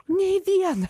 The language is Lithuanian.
nei viena